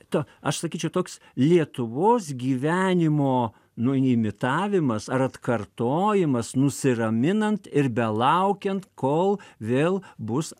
to aš sakyčiau toks lietuvos gyvenimo nu imitavimas ar atkartojimas nusiraminant ir belaukiant kol vėl bus